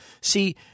see